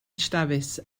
dafis